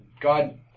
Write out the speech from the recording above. God